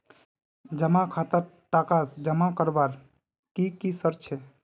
जमा खातात टका जमा करवार की की शर्त छे?